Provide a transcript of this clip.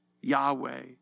Yahweh